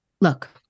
Look